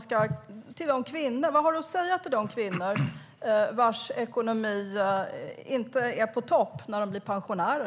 Vad har Lars-Arne Staxäng att säga till de kvinnor vars ekonomi inte är på topp när de blir pensionärer?